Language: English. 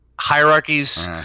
hierarchies